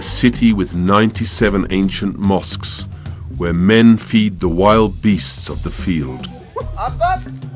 city with ninety seven ancient mosques where men feed the wild beasts of the field